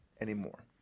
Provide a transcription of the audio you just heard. anymore